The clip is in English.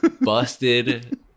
busted